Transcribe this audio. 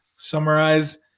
Summarize